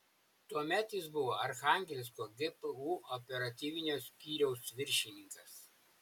tuomet jis buvo archangelsko gpu operatyvinio skyriaus viršininkas